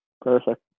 Perfect